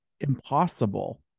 impossible